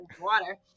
water